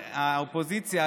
"האופוזיציה,